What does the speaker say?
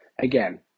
again